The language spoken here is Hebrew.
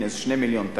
זה 2 מיליון שקל,